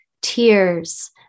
tears